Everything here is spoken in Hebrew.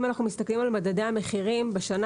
אם אנחנו מסתכלים על מדדי המחירים בשנה